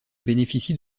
bénéficie